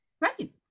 Right